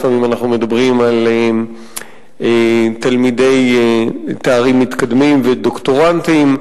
לפעמים אנחנו מדברים על תלמידי תארים מתקדמים ודוקטורנטים,